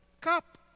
cup